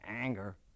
anger